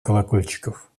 колокольчиков